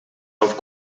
auf